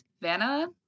Vanna